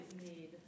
need